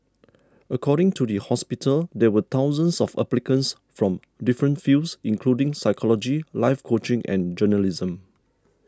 according to the hospital there were thousands of applicants from different fields including psychology life coaching and journalism